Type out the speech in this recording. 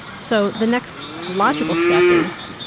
so the next logical step is,